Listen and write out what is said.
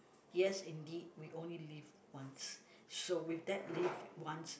yes indeed we only live once so with that lived once